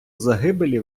загибелі